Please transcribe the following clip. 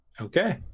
Okay